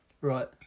Right